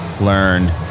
learn